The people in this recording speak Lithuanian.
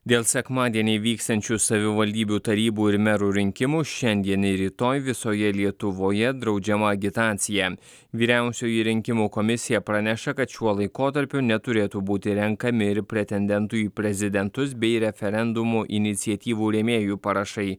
dėl sekmadienį vyksiančių savivaldybių tarybų ir merų rinkimų šiandien ir rytoj visoje lietuvoje draudžiama agitacija vyriausioji rinkimų komisija praneša kad šiuo laikotarpiu neturėtų būti renkami ir pretendentų į prezidentus bei referendumų iniciatyvų rėmėjų parašai